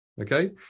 Okay